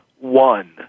one